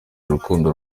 urukundo